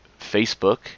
facebook